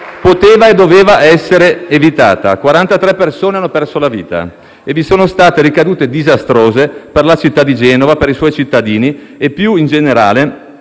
poteva e doveva essere evitata. Quarantatré persone hanno perso la vita e vi sono state ricadute disastrose per la città di Genova, per i suoi cittadini e, più in generale,